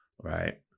right